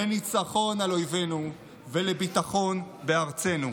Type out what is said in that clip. לניצחון אויבינו ולביטחון בארצנו.